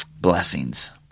Blessings